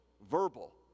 verbal